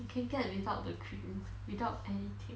you can get without the cream without anything